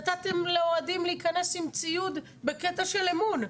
נתתם לאוהדים להיכנס עם ציוד בקטע של אמון?